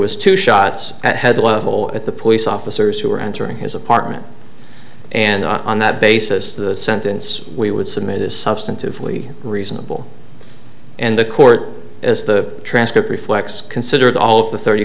was two shots at head level at the police officers who were entering his apartment and on that basis the sentence we would submit is substantively reasonable and the court as the transcript reflects considered all of the thirty